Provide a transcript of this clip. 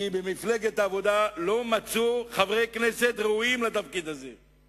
כי במפלגת העבודה לא מצאו חברי כנסת ראויים לתפקיד הזה.